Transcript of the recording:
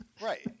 Right